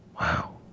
Wow